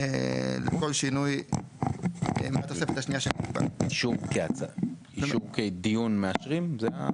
השארנו את הוועדה כוועדה מייעצת בעניין הזה.